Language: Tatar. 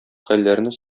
хәлләрне